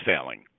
failing